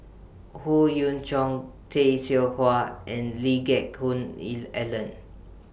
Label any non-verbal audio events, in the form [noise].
Howe Yoon Chong Tay Seow Huah and Lee Geck Hoon [unintelligible] Ellen